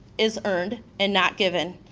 is earned and not given.